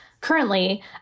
Currently